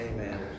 Amen